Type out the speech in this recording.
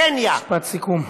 משפט סיכום.